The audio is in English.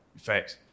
Facts